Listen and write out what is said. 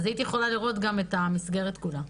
הייתי יכולה לראות גם את המסגרת כולה.